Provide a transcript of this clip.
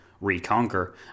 reconquer